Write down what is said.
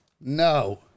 no